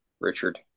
Richard